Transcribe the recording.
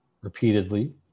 repeatedly